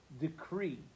decree